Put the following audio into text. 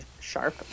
sharp